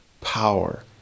power